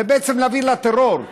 זה בעצם להעביר לטרור.